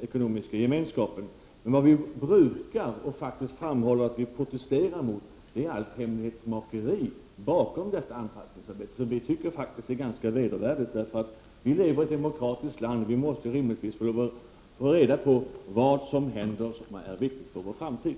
ekonomiska gemenskapen. Men vad vi brukar framhålla att vi protesterar emot är allt hemlighetsmakeri bakom detta anpassningsarbete, som vi tycker faktiskt är ganska vedervärdigt. Vi lever i ett demokratiskt land. Vi måste rimligtvis få reda på vad som händer som är viktigt för vår framtid.